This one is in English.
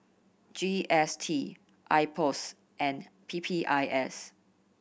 G S T IPOS and P P I S